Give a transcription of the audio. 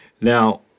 Now